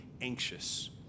anxious